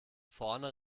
vorne